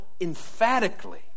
emphatically